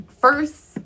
first